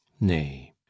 nay